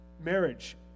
Marriage